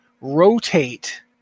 rotate